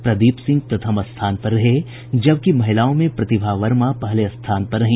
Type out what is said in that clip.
प्रदीप सिंह प्रथम स्थान पर रहे जबकि महिलाओं में प्रतिभा वर्मा पहले स्थान पर रहीं